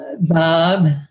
Bob